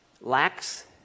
lacks